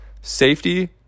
safety